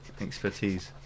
expertise